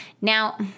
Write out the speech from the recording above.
Now